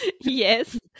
Yes